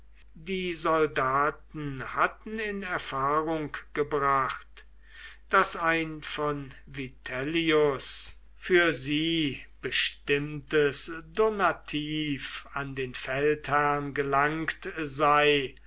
die soldaten hatten in erfahrung gebracht daß ein von vitellius für sie bestimmtes donativ an den feldherrn gelangt sei